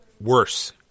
worse